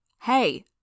Hey